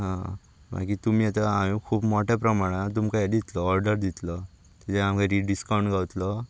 हा मागीर तुमी आतां हांवें खूब मोट्या प्रमाणान तुमकां हें दितलो ऑर्डर दितलो ताजेर आमकां किदेंय डिसकांवट गावतलो